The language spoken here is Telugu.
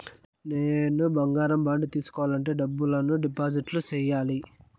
నేను బంగారం బాండు తీసుకోవాలంటే ఎంత డబ్బును డిపాజిట్లు సేయాలి?